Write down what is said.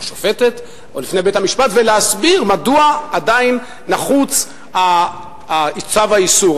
השופטת או בפני בית-המשפט ולהסביר מדוע עדיין נחוץ צו האיסור,